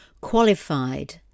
Qualified